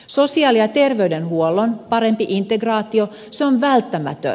sosiaali ja terveydenhuollon parempi integraatio on välttämätön